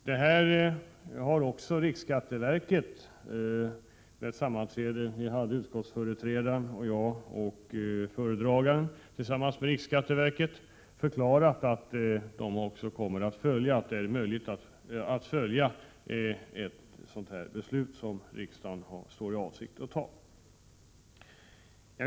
Utskottsföreträdaren, utskottets föredragande och jag hade tillsammans med riksskatteverket ett sammanträde vid vilket verket förklarade att man kommer att kunna följa ett sådant beslut som riksdagen står i begrepp att fatta.